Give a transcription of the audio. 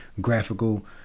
graphical